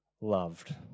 loved